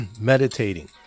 meditating